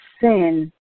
sin